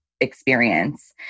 experience